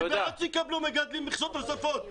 אני בעד שיקבלו מגדלים מכסות נוספות,